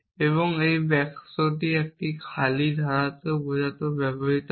এবং তাই এই বাক্সটি একটি খালি ধারা বোঝাতেও ব্যবহৃত হয়